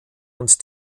und